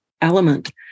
element